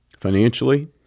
financially